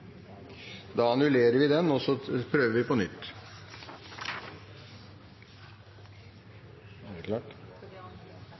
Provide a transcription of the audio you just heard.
Da annullerer vi voteringen og prøver på nytt.